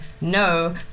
no